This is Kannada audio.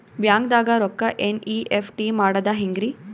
ಬ್ಯಾಂಕ್ದಾಗ ರೊಕ್ಕ ಎನ್.ಇ.ಎಫ್.ಟಿ ಮಾಡದ ಹೆಂಗ್ರಿ?